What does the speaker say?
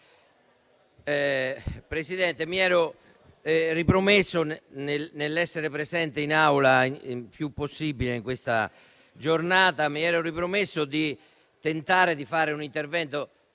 Presidente, mi ero ripromesso, nell'essere presente in Aula il più possibile in questa giornata, di tentare di fare un intervento